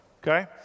Okay